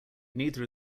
neither